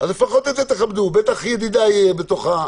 אז לפחות את זה תכבדו, בטח ידידיי בוועדה.